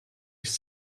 his